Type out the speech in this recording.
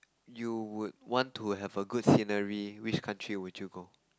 you would want to have a good scenery which country would you go